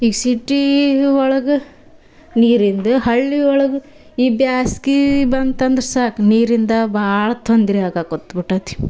ಈ ಸಿಟೀ ಒಳ್ಗೆ ನೀರಿಂದು ಹಳ್ಳಿಯೊಳ್ಗೆ ಈ ಬ್ಯಾಸ್ಗೆ ಬಂತಂದ್ರೆ ಸಾಕು ನೀರಿಂದು ಭಾಳ ತೊಂದ್ರೆ ಆಗಕೊತ್ಬಿಟ್ಟತಿ